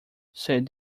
said